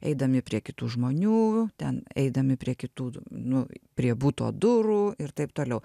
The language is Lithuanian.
eidami prie kitų žmonių ten eidami prie kitų nu prie buto durų ir taip toliau